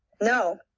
No